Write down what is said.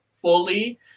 fully